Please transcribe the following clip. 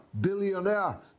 billionaire